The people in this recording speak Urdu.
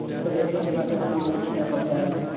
اس کو دیکھنے کے بعد ہی بتاؤں گا اس میں کیا خرچہ آئے گا